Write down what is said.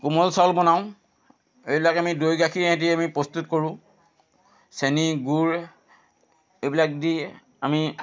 কোমল চাউল বনাওঁ এইবিলাক আমি দৈ গাখীৰ সৈতে আমি প্ৰস্তুত কৰোঁ চেনি গুড় এইবিলাক দি আমি